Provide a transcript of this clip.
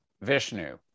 Vishnu